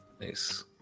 Nice